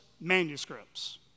manuscripts